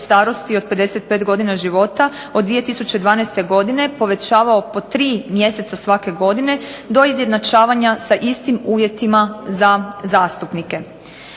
starosti od 55 godina života od 2012. godine povećavao po tri mjeseca svake godine do izjednačavanja sa istim uvjetima za zastupnike.